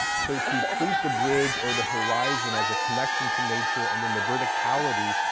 so to treat the bridge or the horizon as a connection to nature and then the verticality,